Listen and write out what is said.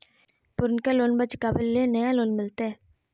पुर्नका लोनमा चुकाबे ले नया लोन मिलते?